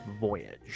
voyage